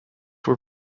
were